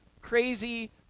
crazy